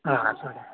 हा हा हा